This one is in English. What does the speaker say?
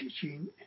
teaching